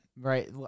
right